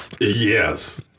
Yes